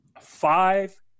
five